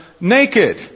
naked